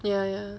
ya ya